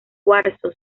cuarzo